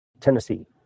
Tennessee